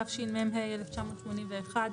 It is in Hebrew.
התשמ"ה-1981,